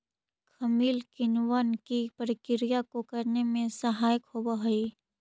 खमीर किणवन की प्रक्रिया को करने में सहायक होवअ हई